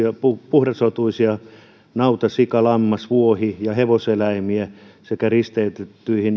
puhdasrotuisia nauta sika lammas vuohi ja hevoseläimiä sekä risteytettyjä